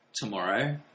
Tomorrow